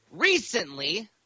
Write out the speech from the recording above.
Recently